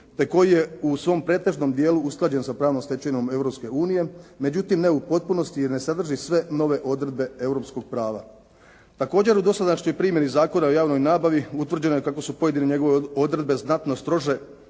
te koji je u svom pretežnom dijelu usklađen sa pravnom stečevinom Europske unije, međutim ne u potpunosti jer ne sadrži sve nove odredbe europskog prava. Također u dosadašnjoj primjeni Zakona o javnoj nabavi utvrđeno je kako su pojedine njegove odredbe znatno strože